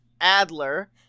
adler